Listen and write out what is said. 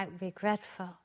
regretful